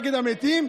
המתים,